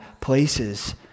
places